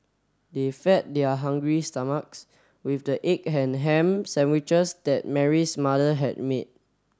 they fed their hungry stomachs with the egg and ham sandwiches that Mary's mother had made